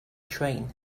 train